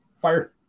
fire